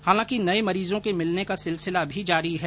हालांकि नये मरीजों के मिलने का सिलसिला भी जारी है